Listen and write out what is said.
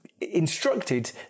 instructed